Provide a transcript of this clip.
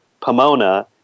Pomona